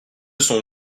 sont